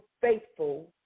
faithful